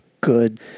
good